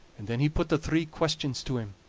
and then he put the three questions to him,